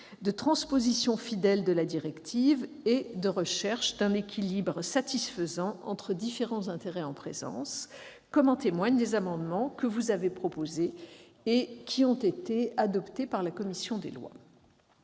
de transposition fidèle de la directive et de recherche d'un équilibre satisfaisant entre différents intérêts en présence, comme en témoignent les amendements que vous avez proposés et qui ont été adoptés par la commission des lois.